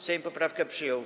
Sejm poprawkę przyjął.